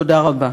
תודה רבה.